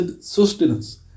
sustenance